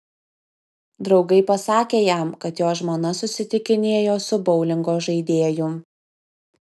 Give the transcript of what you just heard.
draugai pasakė jam kad jo žmona susitikinėjo su boulingo žaidėju